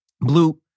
Blue